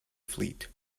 fleet